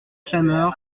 clameur